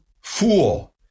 fool